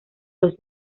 los